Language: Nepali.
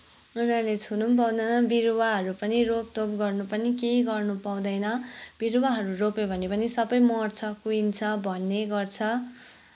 उनीहरूले छुनु पनि पाउँदैन बिरुवाहरू पनि रोप टोप गर्न पनि केही गर्न पाउँदैन बिरुवाहरू रोपे भने पनि सबै मर्छ कुहिन्छ भन्ने गर्छ